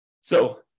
So-